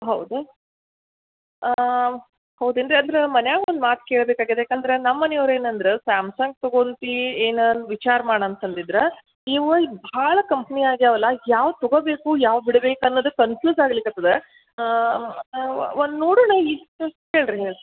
ಹೌದಾ ಹೌದೇನು ರೀ ಅಂದ್ರೆ ಮನೇಗ್ ಒಂದು ಮಾತು ಕೇಳ್ಬೇಕಾಗಿದೆ ಯಾಕಂದ್ರೆ ನಮ್ಮ ಮನೆಯೋರು ಏನಂದ್ರೆ ಸ್ಯಾಮ್ಸಂಗ್ ತೊಗೊಳ್ತಿ ಏನಾರೂ ವಿಚಾರ ಮಾಡು ಅಂತ ಅಂದಿದ್ರು ಇವಾಗ ಭಾಳ ಕಂಪ್ನಿ ಆಗ್ಯಾವಲ ಯಾವ್ದು ತೊಗೋಬೇಕು ಯಾವ್ದು ಬಿಡ್ಬೇಕು ಅನ್ನೋದೇ ಕನ್ಫ್ಯೂಸ್ ಆಗ್ಲಿಕ್ಕತ್ತಿದೆ ಒಂದು ನೋಡೋಣ ಈಗ ಹೇಳಿರಿ ಹೇಳಿ